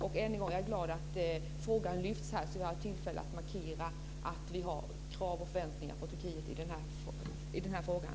Än en gång: Jag är glad att frågan har lyfts fram så att vi har haft tillfälle att markera att vi har krav och förväntningar på Turkiet i frågan.